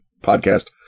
podcast